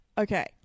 Okay